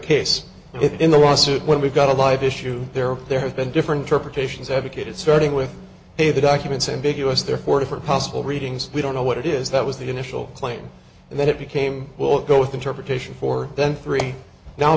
case it in the lawsuit when we got a light issue there there have been different perpetrations have a kid starting with a the documents ambiguous there are four different possible readings we don't know what it is that was the initial claim and then it became well go with interpretation for then three now